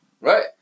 Right